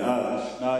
בעד, 2,